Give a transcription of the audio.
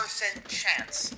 chance